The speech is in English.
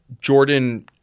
Jordan